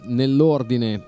nell'ordine